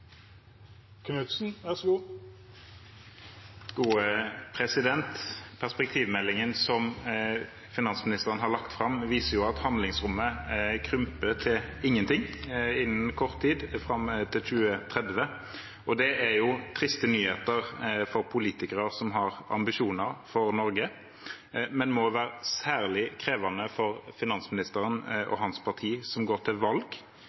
Perspektivmeldingen som finansministeren har lagt fram, viser at handlingsrommet krymper til ingenting innen kort tid, fram til 2030. Det er triste nyheter for politikere som har ambisjoner for Norge. Men det må være særlig krevende for finansministeren og hans parti, som går til valg